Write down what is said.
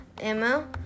ammo